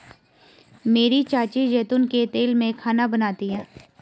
मेरी चाची जैतून के तेल में खाना बनाती है